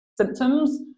symptoms